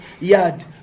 YAD